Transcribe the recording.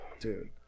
dude